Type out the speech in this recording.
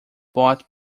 bought